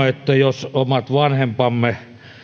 että jos omat vanhempamme